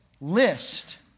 list